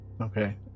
Okay